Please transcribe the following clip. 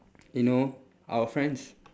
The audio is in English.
you know our friends